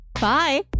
Bye